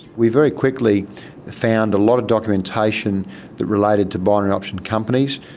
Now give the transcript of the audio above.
we very quickly found a lot of documentation that related to binary option companies.